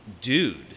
dude